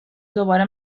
دوباره